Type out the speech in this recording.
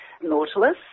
Nautilus